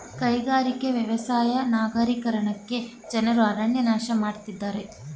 ಕೈಗಾರಿಕೆ, ವ್ಯವಸಾಯ ನಗರೀಕರಣಕ್ಕೆ ಜನರು ಅರಣ್ಯ ನಾಶ ಮಾಡತ್ತಿದ್ದಾರೆ